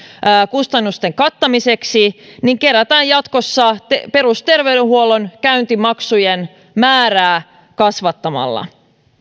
kustannusten kattamiseksi kerätään jatkossa perusterveydenhuollon käyntimaksujen määrää kasvattamalla